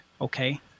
okay